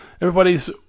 Everybody's